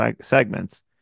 segments